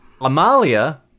Amalia